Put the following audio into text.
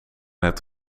het